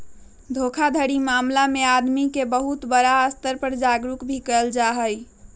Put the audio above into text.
धोखाधड़ी मामला में आदमी के बहुत बड़ा स्तर पर जागरूक भी कइल जाहई